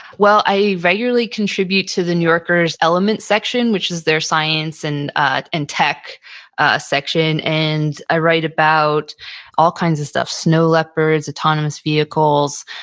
well, i regularly contribute to the new yorkers' element section, which is their science and ah and tech ah section. and i write about all kinds of stuff snow leopards, autonomous vehicles.